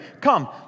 come